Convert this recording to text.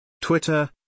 Twitter